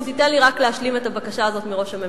אם תיתן לי רק להשלים את הבקשה הזאת מראש הממשלה.